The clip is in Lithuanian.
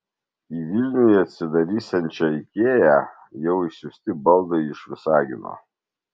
į vilniuje atsidarysiančią ikea jau išsiųsti baldai iš visagino